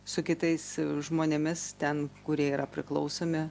su kitais žmonėmis ten kurie yra priklausomi